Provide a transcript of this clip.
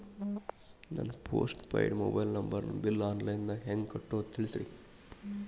ನನ್ನ postpaid mobile ನಂಬರನ್ನು bill online ದಾಗ ಹೆಂಗ್ ಕಟ್ಟೋದು ತಿಳಿಸ್ರಿ